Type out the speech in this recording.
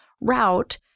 route